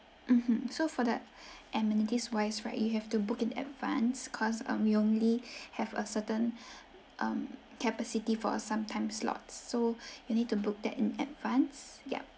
mmhmm so for that amenities wise right you have to book in advance because um we only have a certain um capacity for some time slots so you need to book that in advance yup